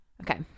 Okay